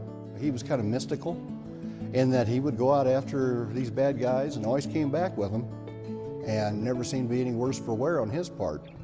he was kind of mystical in that he would go out after these bad guys and always came back with them and never seemed to be any worse for wear on his part.